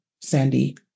Sandy